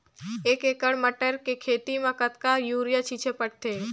एक एकड़ मटर के खेती म कतका युरिया छीचे पढ़थे ग?